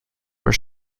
were